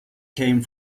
came